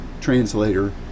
translator